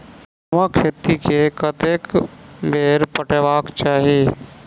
गहुंमक खेत केँ कतेक बेर पटेबाक चाहि?